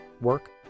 work